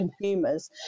consumers